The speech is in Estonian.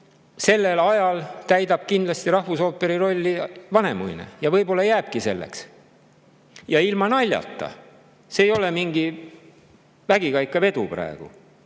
sellel ajal täidab kindlasti rahvusooperi rolli Vanemuine, ja võib-olla jääbki täitma. Ja ilma naljata, see ei ole mingi vägikaikavedu praegu,